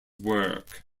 work